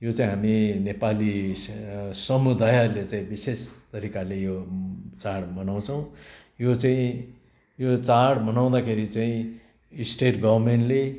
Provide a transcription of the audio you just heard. यो चाहिँ हामी नेपाली समुदायले चाहिँ विशेष तरिकाले यो चाड मनाउँछौँ यो चाहिँ यो चाड मनाउँदाखेरि चाहिँ स्टेट गभर्नमेन्टले